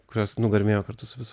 kurios nugarmėjo kartu su visu